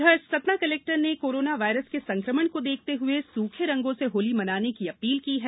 उधर सतना कलेक्टर ने corona virus के संकमण को देखते हुए सूखे रंगों से होली मनाने की अपील की है